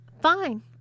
Fine